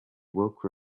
woke